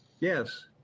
Yes